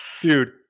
Dude